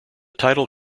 title